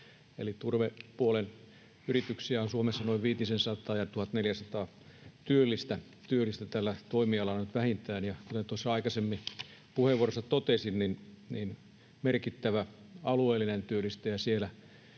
Eli turvepuolen yrityksiä on Suomessa noin viitisensataa ja 1 400 työllistä tällä toimialalla nyt vähintään, ja kuten aikaisemmin puheenvuorossani totesin, merkittävä alueellinen työllistäjä niillä